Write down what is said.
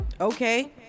okay